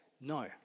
no